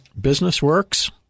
businessworks